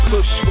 Push